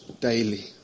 daily